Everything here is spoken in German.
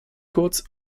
kurz